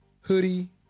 Hoodie